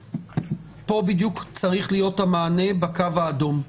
בדיוק צריך להיות המענה בקו האדום.